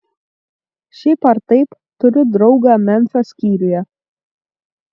šiaip ar taip turiu draugą memfio skyriuje